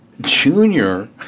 Junior